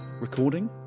recording